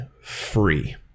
free